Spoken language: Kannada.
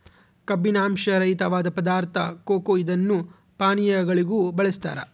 ಕಬ್ಬಿನಾಂಶ ರಹಿತವಾದ ಪದಾರ್ಥ ಕೊಕೊ ಇದನ್ನು ಪಾನೀಯಗಳಿಗೂ ಬಳಸ್ತಾರ